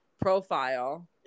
profile